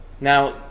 Now